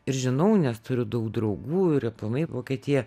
ir žinau nes turiu daug draugų ir aplamai vokietija